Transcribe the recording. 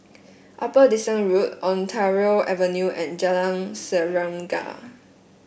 Upper Dickson Road Ontario Avenue and Jalan Serengam